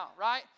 right